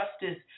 justice